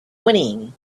whinnying